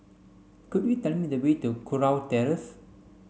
could you tell me the way to Kurau Terrace